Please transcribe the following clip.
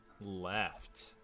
left